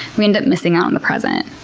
we end up missing out on the present.